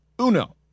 UNO